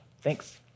Thanks